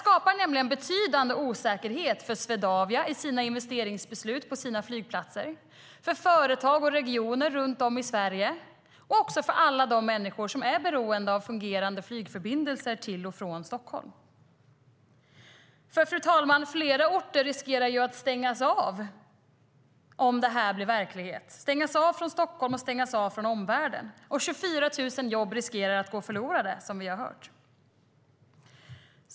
Detta skapar betydande osäkerhet för Swedavia vad gäller investeringsbeslut för deras flygplatser, för företag och regioner runt om i Sverige och för alla de människor som är beroende av fungerande flygförbindelser till och från Stockholm. Fru talman! Flera orter riskerar att stängas av från Stockholm och omvärlden om detta blir verklighet, och 24 000 jobb riskerar att gå förlorade.